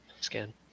scan